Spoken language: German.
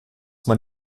man